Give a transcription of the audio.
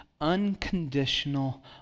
unconditional